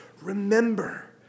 remember